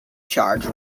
charge